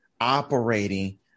operating